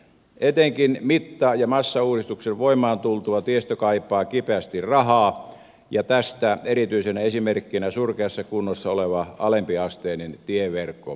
etenkin mitta ja massauudistuksen voimaan tultua tiestö kaipaa kipeästi rahaa ja tästä erityisenä esimerkkinä surkeassa kunnossa oleva alempiasteinen tieverkkomme